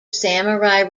samurai